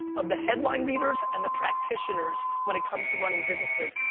of the headline readers and the practitioners when it comes to running businesses.